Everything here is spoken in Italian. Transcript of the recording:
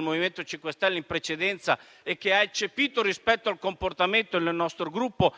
MoVimento 5 Stelle che ha parlato in precedenza e che ha eccepito rispetto al comportamento del nostro Gruppo,